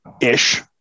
ish